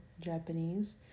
Japanese